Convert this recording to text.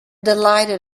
delighted